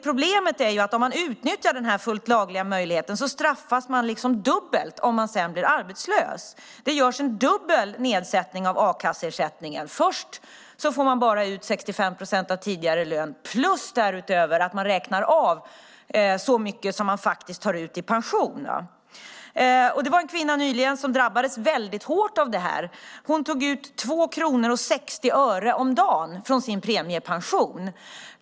Problemet är att om man utnyttjar denna fullt lagliga möjlighet straffas man dubbelt om man sedan blir arbetslös. Det görs en dubbel nedsättning av a-kasseersättningen; först får man bara ut 65 procent av tidigare lön och sedan räknas det av så mycket som man faktiskt tar ut i pension. Nyligen drabbades en kvinna hårt av detta. Hon tog ut 2 kronor och 60 öre om dagen från sin premiepension.